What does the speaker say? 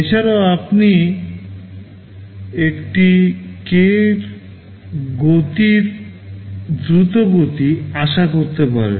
এছাড়াও আপনি এটিতে কে গতির দ্রুতগতি আশা করতে পারেন